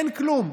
אין כלום.